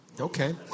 Okay